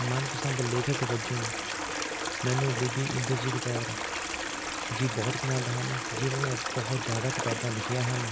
ਮਨ ਪਸੰਦ ਲੇਖਕ ਵਜੋਂ ਮੈਨੂੰ ਬੀਬੀ ਇੰਦਰਜੀਤ ਕੌਰ ਜੀ ਬਹੁਤ ਪਸੰਦ ਹਨ ਜਿਨ੍ਹਾਂ ਨੇ ਬਹੁਤ ਜ਼ਿਆਦਾ ਕਿਤਾਬਾਂ ਲਿਖੀਆਂ ਹਨ